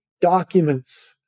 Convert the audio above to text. documents